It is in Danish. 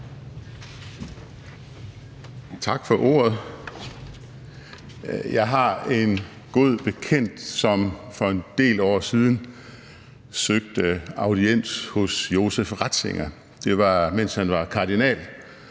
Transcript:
Tak for ordet. Jeg har en god bekendt, som for en del år siden søgte audiens hos Josef Ratzinger. Det var, mens han var kardinal,